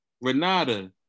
Renata